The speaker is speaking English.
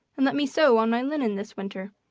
and let me sew on my linen this winter.